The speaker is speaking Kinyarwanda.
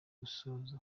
gusoza